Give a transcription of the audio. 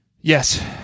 Yes